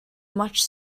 much